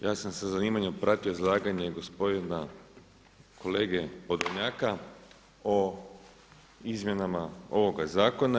Ja sam sa zanimanjem pratio izlaganje gospodina kolege Podolnjaka o izmjenama ovoga zakona.